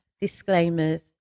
disclaimers